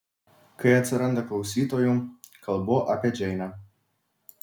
kai atsiranda klausytojų kalbu apie džeinę